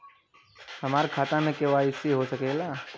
हमार खाता में के.वाइ.सी हो सकेला?